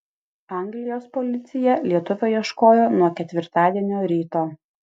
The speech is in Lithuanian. anglijos policija lietuvio ieškojo nuo ketvirtadienio ryto